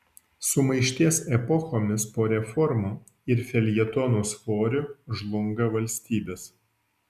sumaišties epochomis po reformų ir feljetonų svoriu žlunga valstybės